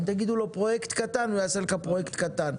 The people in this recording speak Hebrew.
אם תגידו לו פרויקט קטן, הוא יעשה לך פרויקט קטן.